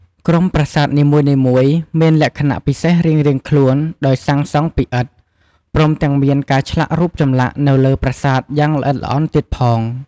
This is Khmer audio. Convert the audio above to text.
ក្រុមប្រាសាទនីមួយៗមានលក្ខណៈពិសេសរៀងៗខ្លួនដោយសាងសង់ពីឥដ្ឋ ព្រមទាំងមានការឆ្លាក់រូបចម្លាក់នៅលើប្រាសាទយ៉ាងល្អិតល្អន់ទៀតផង។